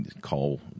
call